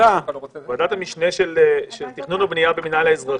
ועדת המשנה של תכנון ובנייה במינהל האזרחי.